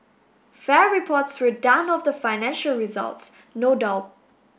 fair reports were done of the financial results no doubt